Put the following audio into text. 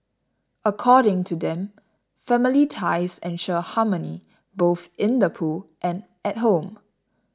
according to them family ties ensure harmony both in the pool and at home